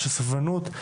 של סובלנות,